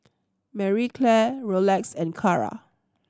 Marie Claire Rolex and Kara